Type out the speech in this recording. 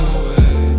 away